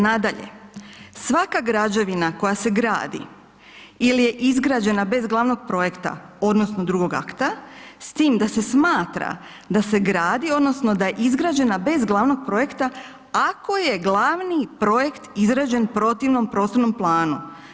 Nadalje, svaka građevina koja se gradi ili je izgrađena bez glavnog projekta odnosno drugog akta s tim da se smatra da se gradi odnosno da je izgrađena bez glavnog projekta, ako je glavni projekt izrađen protivno prostornom planu.